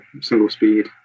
single-speed